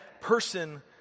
person